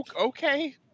Okay